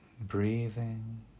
breathing